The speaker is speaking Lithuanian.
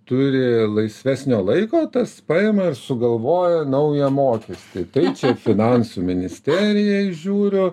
turi laisvesnio laiko tas paima ir sugalvoja naują mokestį tai čia finansų ministerija žiūriu